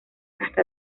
hasta